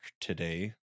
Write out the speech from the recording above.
today